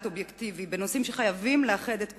אובייקטיבי בנושאים שחייבים לאחד את כולנו.